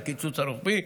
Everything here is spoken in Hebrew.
זה הקיצוץ הרוחבי,